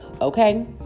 Okay